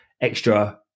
extra